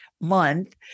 month